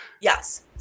Yes